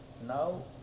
Now